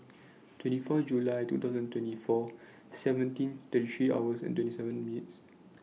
twenty four July two thousand twenty four seventeen thirty three hours and twenty seven meets